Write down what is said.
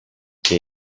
και